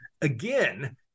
again